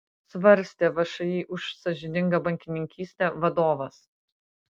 svarstė všį už sąžiningą bankininkystę vadovas